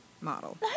model